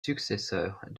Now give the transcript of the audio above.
successeurs